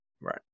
right